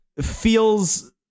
feels